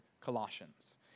Colossians